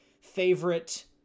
favorite